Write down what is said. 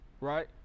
right